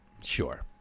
Sure